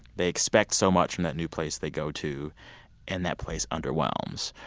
they expect so much from that new place they go to and that place underwhelms.